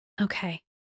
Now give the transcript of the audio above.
Okay